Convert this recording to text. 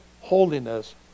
holiness